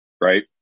right